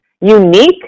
unique